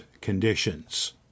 conditions